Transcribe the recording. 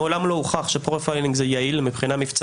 מעולם לא הוכח שהוא יעיל מבצעית